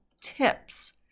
tips